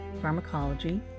pharmacology